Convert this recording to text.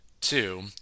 Two